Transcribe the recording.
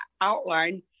outline